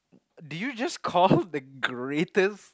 did you just call the greatest